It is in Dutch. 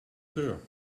geur